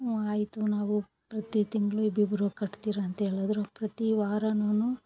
ಹ್ಞೂ ಆಯಿತು ನಾವು ಪ್ರತಿ ತಿಂಗಳು ಇಬ್ಬಿಬ್ಬರು ಕಟ್ತೀರಂತ ಹೇಳದ್ರು ಪ್ರತಿ ವಾರನು